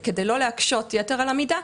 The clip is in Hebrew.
כדי לא להקשות יתר על המידה,